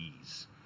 ease